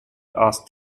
asked